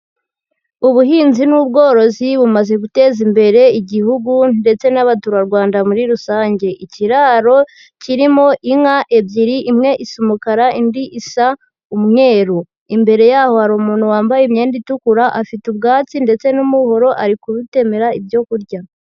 Ubuhinzi n'ubworozi bumaze guteza imbere Igihugu ndetse n'abaturarwanda muri rusange, ikiraro kirimo inka ebyiri, imwe isa umukara, indi isa umweru, imbere yaho hari umuntu wambaye imyenda itukura, afite ubwatsi ndetse n'umuhoro ari kuzitemera ibyo kurya.